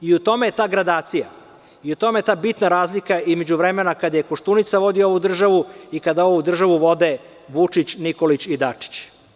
I u tome je ta gradacija i ta bitna razlika između vremena kada je Koštunica vodio ovu državu i kada ovu državu vode Vučić, Nikolić i Dačić.